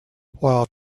while